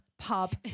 Pub